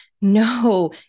no